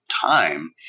time